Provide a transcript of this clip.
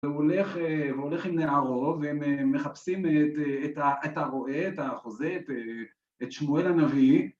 והולך...והולך עם נערו ומחפשים את ...את ה...את ה...הרועה, את החוזה, את...את שמואל הנביא